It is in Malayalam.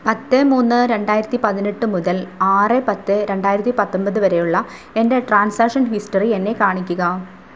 പത്ത് മൂന്ന് രണ്ടായിരത്തി പതിനെട്ട് മുതൽ ആറ് പത്ത് രണ്ടായിരത്തി പത്തൊൻപത് വരെയുള്ള എൻ്റെ ട്രാൻസാക്ഷൻ ഹിസ്റ്ററി എന്നെ കാണിക്കുക